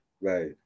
Right